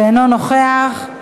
שאינו נוכח,